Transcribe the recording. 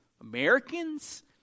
Americans